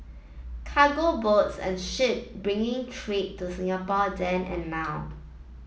cargo boats and ship bringing trade to Singapore then and now